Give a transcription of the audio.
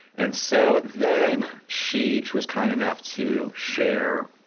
and so then she she was kind enough to share